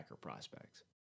prospects